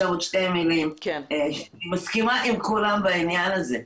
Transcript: אני מסכימה עם כולם בעניין הזה.